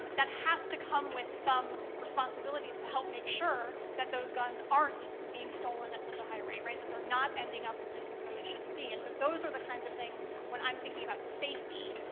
that has to come with some responsibilities to help make sure that those guns aren't being stolen at such a high rate, right, that they're not ending up in places where they shouldn't be. and so those are the kinds of things, when i'm thinking about safety,